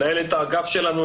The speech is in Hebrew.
מנהלת האגף שלנו,